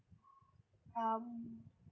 um